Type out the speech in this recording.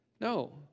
No